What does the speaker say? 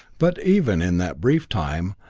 but even in that brief time,